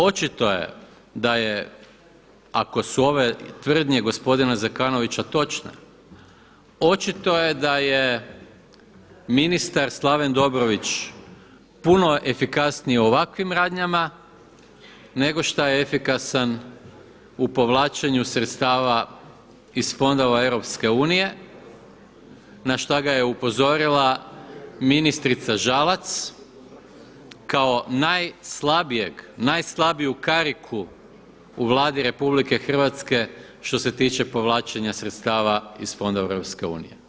Očito je, očito je da je ako su ove tvrdnje gospodina Zekanovića točne, očito je da je ministar Slaven Dobrović puno efikasniji u ovakvim radnjama, nego šta je efikasan u povlačenju sredstava iz fondova EU na šta ga je upozorila ministrica Žalac kao najslabijeg, kao najslabiju kariku u Vladi RH što se tiče povlačenja sredstava iz fondova EU.